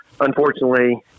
unfortunately